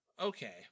Okay